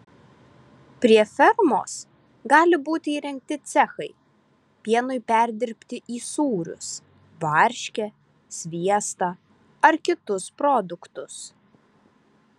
prie fermos gali būti įrengti cechai pienui perdirbti į sūrius varškę sviestą ar kitus produktus